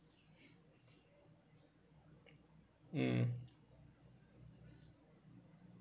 mm